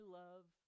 love